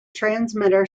transmitter